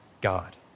God